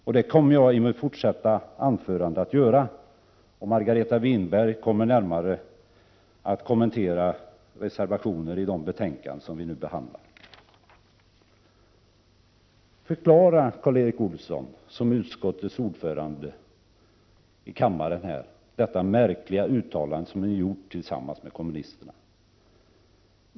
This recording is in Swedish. Jag kommer att fortsätta med denna kritiska granskning i mitt anförande och Margareta Winberg kommer att närmare kommentera reservationerna i de betänkanden som vi nu behandlar. Jag ber Karl Erik Olsson, utskottets ordförande, förklara det märkliga uttalande som ni gjort tillsammans med kommunisterna.